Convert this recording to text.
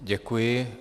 Děkuji.